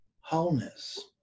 wholeness